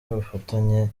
y’ubufatanye